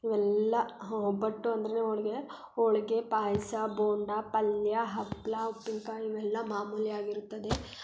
ಇವೆಲ್ಲ ಹಾಂ ಒಬ್ಬಟ್ಟು ಅಂದ್ರೇ ಹೋಳ್ಗೆ ಹೋಳ್ಗೆ ಪಾಯಸ ಬೋಂಡ ಪಲ್ಯ ಹಪ್ಳ ಉಪ್ಪಿನಕಾಯಿ ಇವೆಲ್ಲ ಮಾಮೂಲಿ ಆಗಿರುತ್ತದೆ